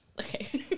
Okay